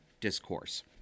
discourse